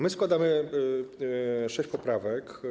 My składamy sześć poprawek.